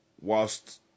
whilst